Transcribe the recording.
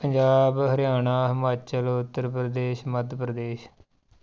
Punjab Haryana Himachal Uttar Pradesh Madhya Pradesh